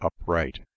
upright